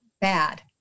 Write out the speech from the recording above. bad